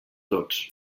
tots